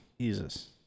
Jesus